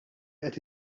qed